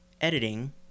editing